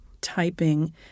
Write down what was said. typing—